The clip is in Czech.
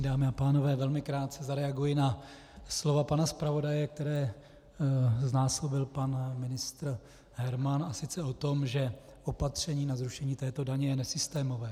Dámy a pánové, velmi krátce zareaguji na slova pana zpravodaje, která znásobil pan ministr Herman, a sice o tom, že opatření na zrušení této daně je nesystémové.